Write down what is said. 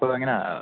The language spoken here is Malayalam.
അപ്പോൾ ഇത് എങ്ങനാ